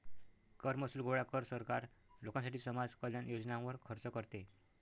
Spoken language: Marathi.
कर महसूल गोळा कर, सरकार लोकांसाठी समाज कल्याण योजनांवर खर्च करते